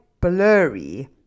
blurry